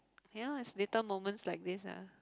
you know is little moments like this ah